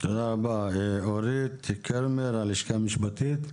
תודה רבה, אורית קרמר הלשכה המשפטית.